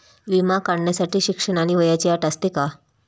विमा काढण्यासाठी शिक्षण आणि वयाची अट असते का?